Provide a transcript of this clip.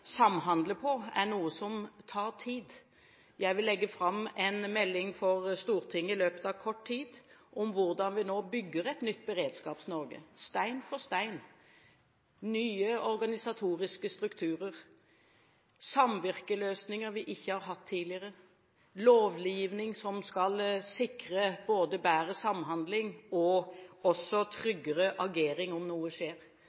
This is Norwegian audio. samhandle på, er noe som tar tid. Jeg vil i løpet av kort tid legge fram en melding for Stortinget om hvordan vi nå bygger et nytt Beredskaps-Norge – stein for stein. Det blir nye organisatoriske strukturer, samvirkeløsninger vi ikke har hatt tidligere og lovgivning som skal sikre både bedre samhandling og tryggere agering om noe skjer.